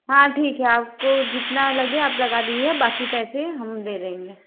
हाँ ठीक है आपको जितना लगे आप लगा दीजिएगा बाकी पैसे हम दे देंगे